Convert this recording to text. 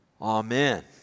Amen